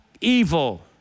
evil